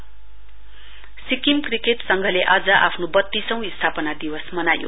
SCA Sikkim cricket संघले आज आफ्नो बत्तीससौं स्थापना दिवस मनायो